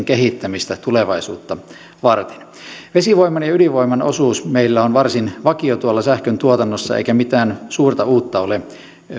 kehittämistä tulevaisuutta varten vesivoiman ja ydinvoiman osuus meillä on varsin vakio sähköntuotannossa eikä mitään suurta uutta ole